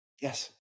Yes